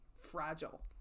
fragile